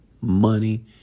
money